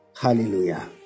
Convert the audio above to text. hallelujah